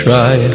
Try